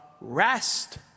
rest